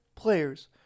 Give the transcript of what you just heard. Players